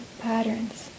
patterns